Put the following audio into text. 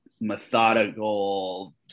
methodical